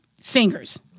singers